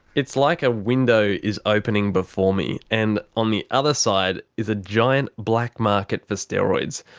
it's like a window is opening before me and on the other side is a giant black market for steroids.